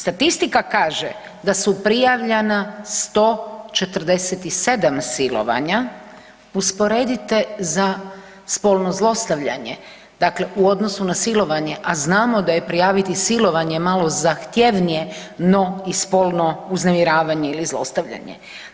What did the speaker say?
Statistika kaže da su prijavljena 147 silovanja, usporedite za spolno zlostavljanje, dakle u odnosu na silovanje, a znamo da je prijaviti silovanje malo zahtjevnije no i spolno uznemiravanje ili zlostavljanje.